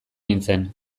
nintzen